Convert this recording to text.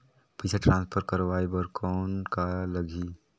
पइसा ट्रांसफर करवाय बर कौन का लगही?